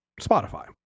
Spotify